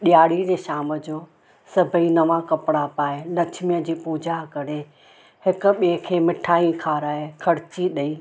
ॾीयारी जे शाम जो सभई नवां कपिड़ा पाए लक्ष्मीअ जी पूजा करे हिक ॿिए खे मिठाई खाराए खर्ची ॾेई